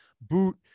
boot